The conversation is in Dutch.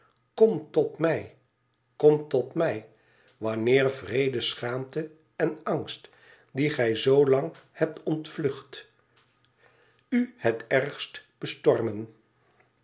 kom tot mij kom tot mij wanneer wreede schaamte en angst die gij zoo lang hebt ontvlucht u het ergst bestormen